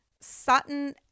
Sutton